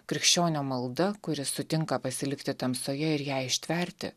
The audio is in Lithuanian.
krikščionio malda kuri sutinka pasilikti tamsoje ir ją ištverti